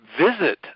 visit